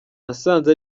nasanze